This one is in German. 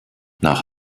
nach